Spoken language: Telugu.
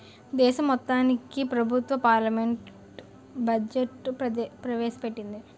దేశం మొత్తానికి ప్రభుత్వం పార్లమెంట్లో బడ్జెట్ ప్రవేశ పెట్టింది